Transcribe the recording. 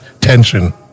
tension